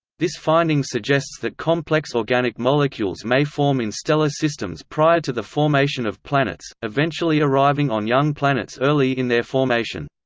this finding suggests that complex organic molecules may form in stellar systems prior to the formation of planets, eventually eventually arriving on young planets early in their formation.